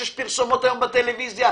כשיש פרסומות היום בטלוויזיה,